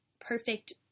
perfect